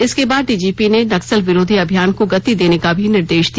इसके बाद डीजीपी ने नक्सल विरोधी अभियान को गति देने का भी निर्देश दिया